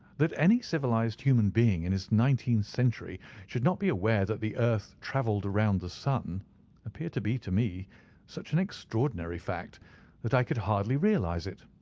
that any civilized human being in this nineteenth century should not be aware that the earth travelled round the sun appeared to be to me such an extraordinary fact that i could hardly realize it.